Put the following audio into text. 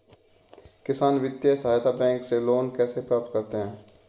किसान वित्तीय सहायता बैंक से लोंन कैसे प्राप्त करते हैं?